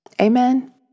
Amen